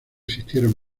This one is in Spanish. existieron